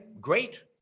great